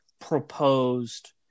proposed